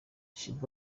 sheebah